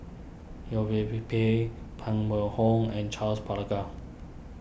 Yeo Wei Pay Pay Pang Wait Hong and Charles